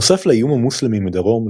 נוסף לאיום המוסלמי מדרום,